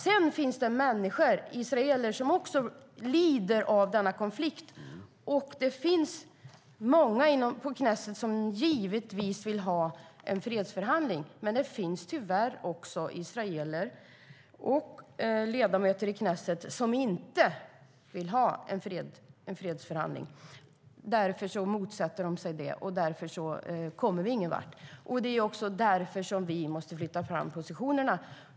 Sedan finns det människor - israeler - som också lider av denna konflikt. Det finns många i Knesset som givetvis vill ha en fredsförhandling, men det finns tyvärr också israeler och ledamöter i Knesset som inte vill ha en fredsförhandling. De motsätter sig det, och därför kommer vi ingen vart. Vi måste följaktligen flytta fram positionerna.